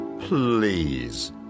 Please